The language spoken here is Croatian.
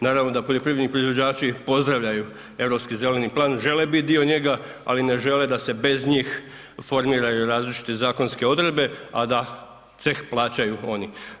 Naravno da poljoprivredni proizvođači pozdravljaju Europski zeleni plan, žele biti dio njega, ali ne žele da se bez njih formiraju različite zakonske odredbe, a da ceh plaćaju oni.